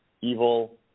Evil